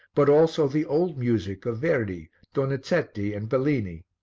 but also the old music of verdi, donizetti and bellini.